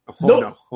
No